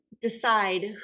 decide